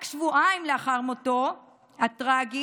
רק שבועיים לאחר מותו הטרגי